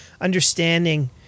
understanding